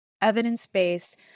evidence-based